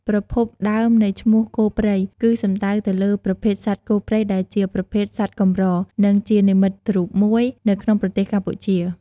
ប្រភពដើមនៃឈ្មោះ "គោព្រៃ" គឺសំដៅទៅលើប្រភេទសត្វគោព្រៃដែលជាប្រភេទសត្វកម្រ និងជានិមិត្តរូបមួយនៅក្នុងប្រទេសកម្ពុជា។